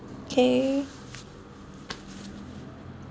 K